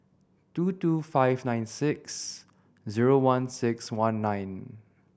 two two five nine six zero one six one nine